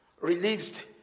released